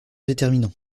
déterminant